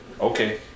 Okay